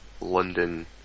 London